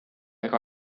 ega